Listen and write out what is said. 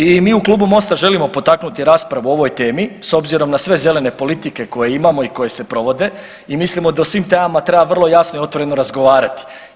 I mi u klubu MOST-a želimo potaknuti raspravu o ovoj temi s obzirom na sve zelene politike koje imamo i koje se provode i mislimo da o svim temama treba vrlo jasno i otvoreno razgovarati.